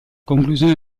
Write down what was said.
conclusione